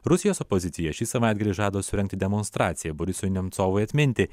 rusijos opozicija šį savaitgalį žada surengti demonstraciją borisui nemcovui atminti